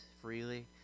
freely